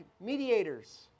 mediators